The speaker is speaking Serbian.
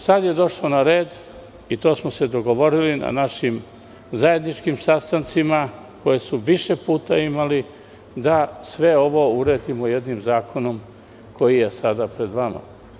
Sada je došao na red, i to smo se dogovorili na našim zajedničkim sastancima koje smo više puta imali da sve ovo uredimo jednim zakonom koji je sada pred vama.